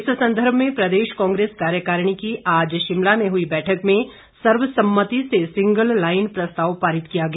इस संदर्भ में प्रदेश कांग्रेस कार्यकारिणी की आज शिमला में हुई बैठक में सर्वसम्मति से सिंगल लाईन प्रस्ताव पारित किया गया